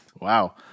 Wow